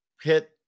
hit